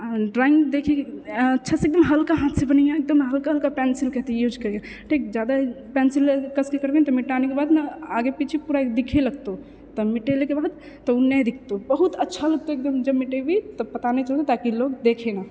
drawing देखिके अच्छासँ एकदम हल्का हाथसँ बनैहे एकदम हल्का हल्का पेन्सिलके अथि यूज करिके ठीक जादा पेन्सिल कसिके करिहि ने तऽ मिटानेके बाद ने आगे पीछु पूरा दिखए लगतौ तऽ मिटेलाके बाद तऽ ओ नहि दिखतो बहुत अच्छा लगतौ एकदम जब मिटेबीही तब पता नहि चलतो ताकि लोक देखए नहि